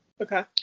Okay